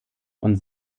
und